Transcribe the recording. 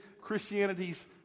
Christianity's